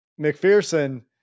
McPherson